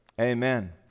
amen